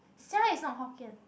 sia is not Hokkien